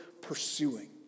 pursuing